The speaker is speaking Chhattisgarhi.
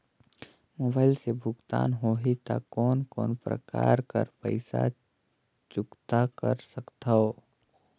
मोबाइल से भुगतान होहि त कोन कोन प्रकार कर पईसा चुकता कर सकथव?